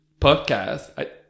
podcast